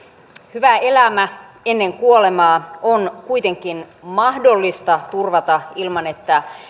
hyvä elämä ennen kuolemaa on kuitenkin mahdollista turvata ilman että